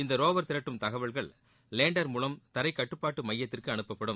இந்த ரோவர் திரட்டும் தகவல்கள் லேண்டர் மூலம் தரைக்கட்டுப்பாட்டு மையத்திற்கு அனுப்பப்படும்